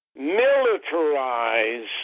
militarize